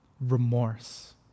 remorse